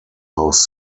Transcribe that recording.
house